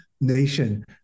nation